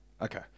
Okay